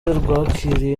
rwakiriye